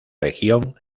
región